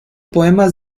poemas